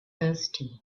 thirsty